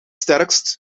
sterkst